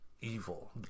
evil